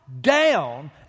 down